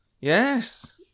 Yes